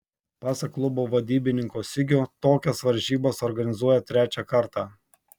pasak klubo vadybininko sigio tokias varžybas organizuoja trečią kartą